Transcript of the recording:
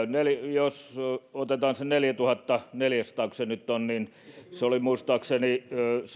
jos otetaan se neljätuhattaneljäsataako se nyt on niin muistaakseni